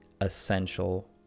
essential